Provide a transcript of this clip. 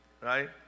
right